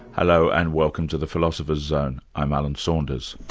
hello and welcome to the philosopher's zone. i'm alan saunders.